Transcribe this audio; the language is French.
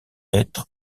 être